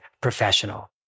professional